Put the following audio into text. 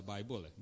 Bible